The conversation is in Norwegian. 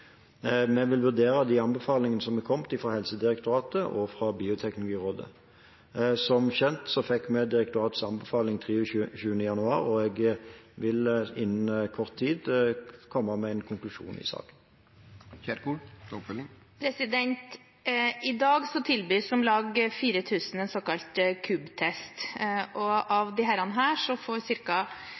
Vi vil vurdere de anbefalingene som er kommet fra Helsedirektoratet og Bioteknologirådet. Som kjent fikk vi direktoratets anbefaling 23. januar, og jeg vil innen kort tid komme med en konklusjon i saken. I dag tilbys om lag 4 000 gravide en såkalt KUB-test, og av